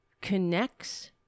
connects